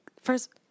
First